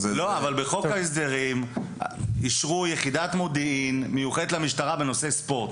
אבל בחוק ההסדרים אישרו יחידת מודיעין מיוחדת למשטרה בנושא ספורט,